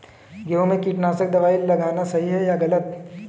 गेहूँ में कीटनाशक दबाई लगाना सही है या गलत?